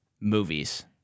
movies